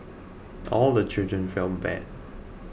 all the children felt bad